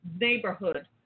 neighborhood